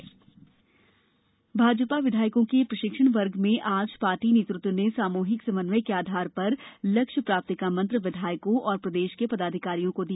भाजपा प्रशिक्षण भाजपा विधायकों के प्रशिक्षण वर्ग में आज पार्टी नेतृत्व ने सामूहिक समन्वय के आधार पर लक्ष्य प्राप्ति का मंत्र विधायकों और प्रदेश पदाधिकारियों को दिया